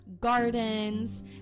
gardens